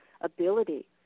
ability